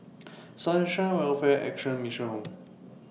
Sunshine Welfare Action Mission Home